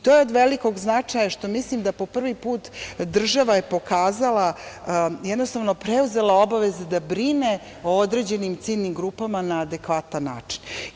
To je od velikog značaja što mislim da po prvi put država je pokazala, jednostavno preuzela obaveze da brine o određenim ciljnim grupama na adekvatan način.